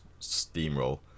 steamroll